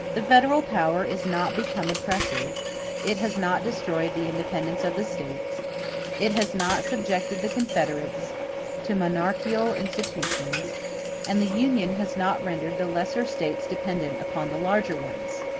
the federal power is not become oppressive it has not destroyed the independence of the states it has not subjected the confederates to monarchial institutions and the union has not rendered the lesser states dependent upon the larger ones